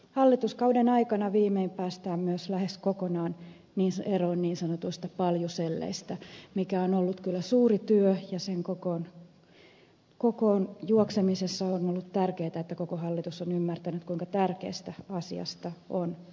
hallituskauden aikana viimein päästään myös lähes kokonaan eroon niin sanotuista paljuselleistä mikä on ollut kyllä suuri työ ja sen kokoon juoksemisessa on ollut tärkeää että koko hallitus on ymmärtänyt kuinka tärkeästä asiasta on kyse